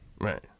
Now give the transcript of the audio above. right